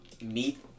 meat